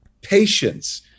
patience